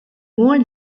more